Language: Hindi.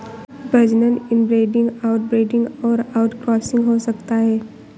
प्रजनन इनब्रीडिंग, आउटब्रीडिंग और आउटक्रॉसिंग हो सकता है